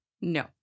No